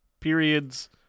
periods